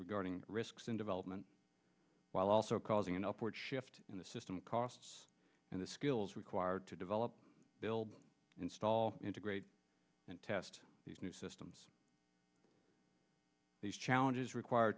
regarding risks in development while also causing an upward shift in the system costs and the skills required to develop build install integrate and test these new systems these challenges require